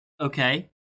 Okay